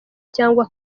cyangwa